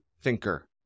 thinker